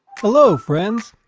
hello, friends!